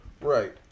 Right